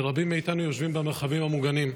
ורבים מאיתנו יושבים במרחבים המוגנים.